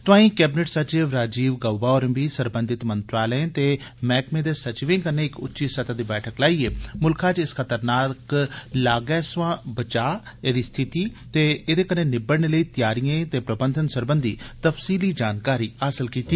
तोआई कैबिनेट सचिव राजीत गाउबा होरें बी सरबंधत मंत्रालये ते मैहकमें दे सचिवें कन्नै इक उच्ची सतह् दी बैठक लाइयै मुल्खै च इस खतरनाक लागै थमां बचाह् स्थिति एह्दे कन्नै निबड़ने लेई तैआरिए दे प्रबंधन सरबंधी तफसीली जानकारी हासल कीती